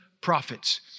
prophets